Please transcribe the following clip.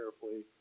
carefully